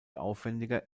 aufwendiger